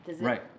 Right